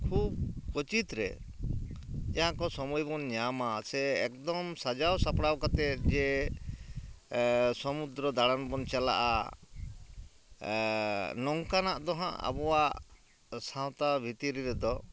ᱠᱷᱩᱵ ᱩᱪᱤᱛ ᱨᱮ ᱡᱟᱦᱟᱸᱠᱚ ᱥᱚᱢᱚᱭ ᱵᱚᱱ ᱧᱟᱢᱟ ᱥᱮ ᱮᱠᱫᱚᱢ ᱥᱟᱡᱟᱣ ᱥᱟᱯᱲᱟᱣ ᱠᱟᱛᱮᱫ ᱡᱮ ᱥᱩᱢᱩᱫᱨᱚ ᱫᱟᱬᱟᱱ ᱵᱚᱱ ᱪᱟᱞᱟᱜᱼᱟ ᱱᱚᱝᱠᱟᱱᱟᱜ ᱫᱚ ᱦᱟᱸᱜ ᱟᱵᱚᱣᱟᱜ ᱥᱟᱶᱛᱟ ᱵᱷᱤᱛᱨᱤ ᱨᱮᱫᱚ